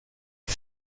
est